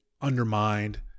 undermined